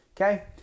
okay